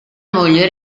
moglie